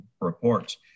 reports